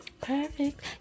perfect